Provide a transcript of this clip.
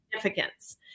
significance